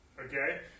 Okay